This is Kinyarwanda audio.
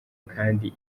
kandi